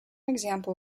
example